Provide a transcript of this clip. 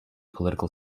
political